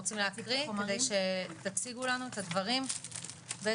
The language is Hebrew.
אתם רוצים להקריא כדי שאתם תציגו לנו את הדברים בעצם?